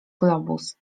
globus